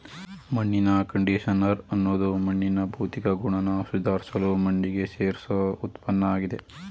ಮಣ್ಣಿನ ಕಂಡಿಷನರ್ ಅನ್ನೋದು ಮಣ್ಣಿನ ಭೌತಿಕ ಗುಣನ ಸುಧಾರ್ಸಲು ಮಣ್ಣಿಗೆ ಸೇರ್ಸೋ ಉತ್ಪನ್ನಆಗಿದೆ